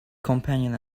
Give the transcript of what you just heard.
companion